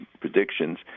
predictions